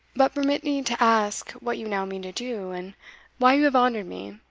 but permit me to ask what you now mean to do, and why you have honoured me,